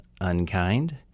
unkind